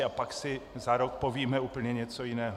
A pak si za rok povíme úplně něco jiného.